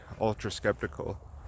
ultra-skeptical